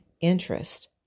interest